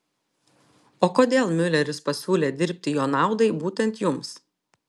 o kodėl miuleris pasiūlė dirbti jo naudai būtent jums